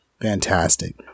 Fantastic